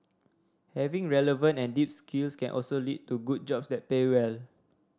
having relevant and deep skills can also lead to good jobs that pay well